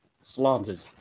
slanted